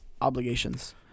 obligations